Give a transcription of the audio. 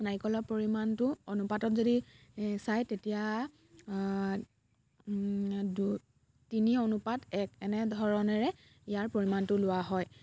নাৰিকলৰ পৰিমাণটো অনুপাতত যদি চায় তেতিয়া দু তিনি অনুপাত এক এনে ধৰণেৰে ইয়াৰ পৰিমাণটো লোৱা হয়